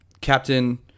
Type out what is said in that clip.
captain